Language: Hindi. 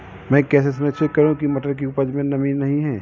मैं कैसे सुनिश्चित करूँ की मटर की उपज में नमी नहीं है?